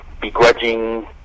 begrudging